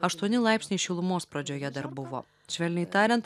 aštuoni laipsniai šilumos pradžioje dar buvo švelniai tariant